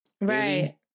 right